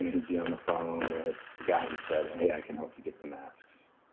he'd be on the phone with the guy who said, hey, i can help you get the masks.